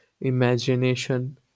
Imagination